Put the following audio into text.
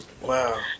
Wow